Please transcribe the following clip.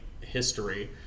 history